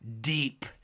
deep